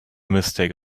mistake